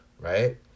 right